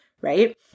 right